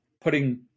putting